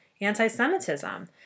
anti-semitism